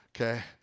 okay